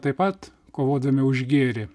taip pat kovodami už gėrį